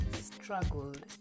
struggled